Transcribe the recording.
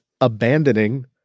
abandoning